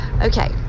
Okay